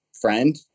friend